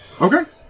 Okay